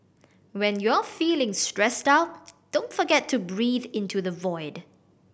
when you are feeling stressed out don't forget to breathe into the void